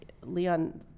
Leon